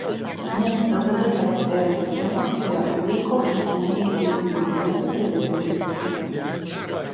net lddp tėra sistemos kurią palaiko įkūnija ir simbolizuoja prezidentas įrankis